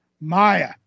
Maya